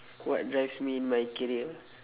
what drives me in my career